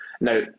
Now